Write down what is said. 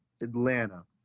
Atlanta